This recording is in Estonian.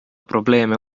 probleeme